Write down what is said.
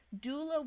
doula